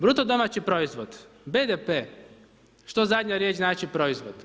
Bruto domaći proizvod, BDP, što zadnja riječ znači proizvod?